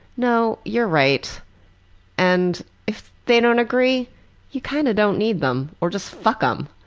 no, you're right and if they don't agree you kind of don't need them or just fuck-um